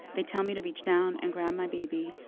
they tell me to reach down and grab my baby,